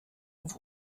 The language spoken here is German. auf